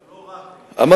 לא רק הידע.